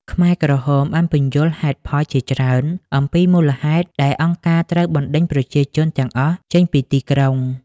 ខ្មែរក្រហមបានពន្យល់ហេតុផលជាច្រើនអំពីមូលហេតុដែលអង្គការត្រូវបណ្តេញប្រជាជនទាំងអស់ចេញពីទីក្រុង។